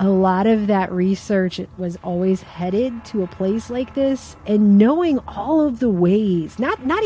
a lot of that research was always headed to a place like this and knowing all of the ways not not